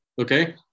Okay